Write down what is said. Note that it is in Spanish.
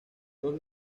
los